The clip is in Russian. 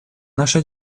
наша